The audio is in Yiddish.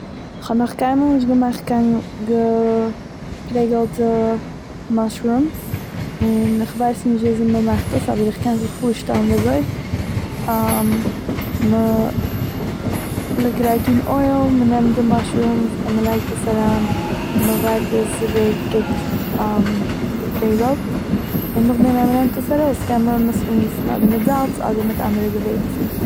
כ'האב נאך קיינמאל נישט געמאכט קיין געפרעגלטע מאשרומס, און איך ווייס נישט ווי אזוי מ'מאכט עס אבער איך קען זיך פארשטעלן ווי אזוי, מ'גרייט אן אויל, מ'נעמט די מאשרומס און מ'לייגט עס אריין מ'ווארט ביז ס'ווערט גוט געפרעגלט, און נאכדעם ווען מ'נעמט עס ארויס קען מען עס אנגיסן אדער מיט זאלץ אדער מיט אנדערע געווירצן.